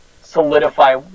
solidify